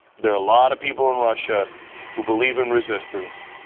there are a lot of people in russia who believe in resistance,